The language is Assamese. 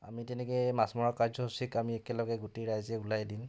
আমি তেনেকৈ মাছ মৰা কাৰ্যসূচীক আমি একেলগে গোটেই ৰাইজে ওলাই দিওঁ